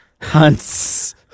Hunt's